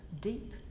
deep